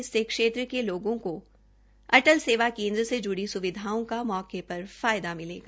इससे क्षेत्र के लोगों को अटल सेवा केंद्र से ज्ड़ी स्विधाओं का मौके पर लाभ मिलेगा